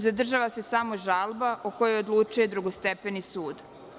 Zadržava se samo žalba, o kojoj odlučuje drugostepeni sud.